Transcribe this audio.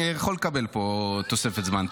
אני יכול לקבל פה תוספת זמן.